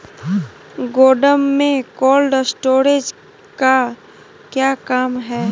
गोडम में cold storage का क्या काम है?